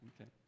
Okay